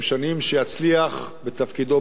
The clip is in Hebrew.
שיצליח בתפקידו בסין.